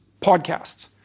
podcasts